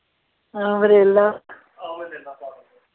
umbrella